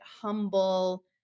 humble